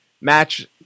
match